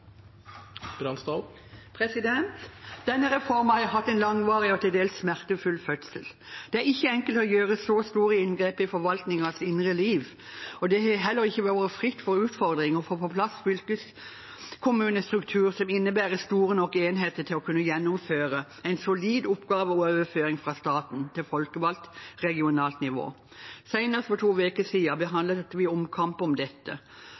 anses vedtatt. Denne reformen har hatt en langvarig og til dels smertefull fødsel. Det er ikke enkelt å gjøre så store inngrep i forvaltningens indre liv, og det har heller ikke vært fritt for utfordringer å få på plass en fylkeskommunestruktur som innebærer store nok enheter til å kunne gjennomføre en solid oppgaveoverføring fra staten til folkevalgt regionalt nivå. Senest for to uker siden behandlet vi omkamper om dette.